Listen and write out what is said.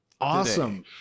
Awesome